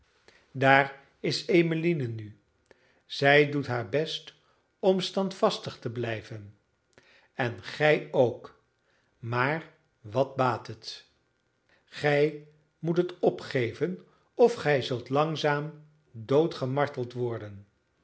daar is emmeline nu zij doet haar best om standvastig te blijven en gij ook maar wat baat het gij moet het opgeven of gij zult langzaam doodgemarteld worden